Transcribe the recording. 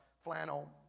flannel